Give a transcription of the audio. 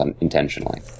intentionally